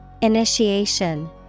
Initiation